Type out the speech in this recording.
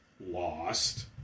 Lost